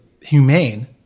humane